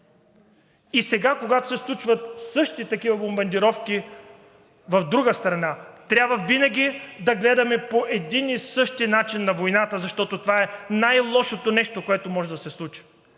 и сега, когато се случват същите такива бомбардировки в друга страна, трябва винаги да гледаме по един и същи начин на войната, защото това е най-лошото нещо, което може да се случи!